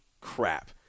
crap